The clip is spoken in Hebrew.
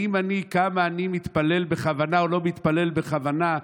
כמה אני מתפלל בכוונה או לא מתפלל בכוונה,